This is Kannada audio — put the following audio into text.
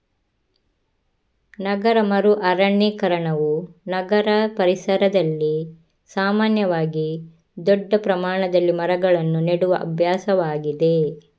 ನಗರ ಮರು ಅರಣ್ಯೀಕರಣವು ನಗರ ಪರಿಸರದಲ್ಲಿ ಸಾಮಾನ್ಯವಾಗಿ ದೊಡ್ಡ ಪ್ರಮಾಣದಲ್ಲಿ ಮರಗಳನ್ನು ನೆಡುವ ಅಭ್ಯಾಸವಾಗಿದೆ